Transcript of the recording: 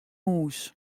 mûs